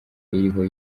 iriho